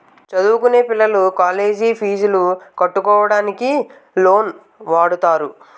చదువుకొనే పిల్లలు కాలేజ్ పీజులు కట్టుకోవడానికి లోన్లు వాడుతారు